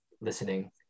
listening